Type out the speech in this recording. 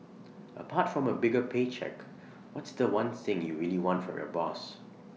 apart from A bigger pay cheque what's The One thing you really want from your boss